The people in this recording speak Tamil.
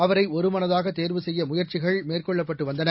அவரை ஒருமனதாக தேர்வு செய்ய முயற்சிகள் மேற்கொள்ளப்பட்டு வந்தன